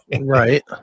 Right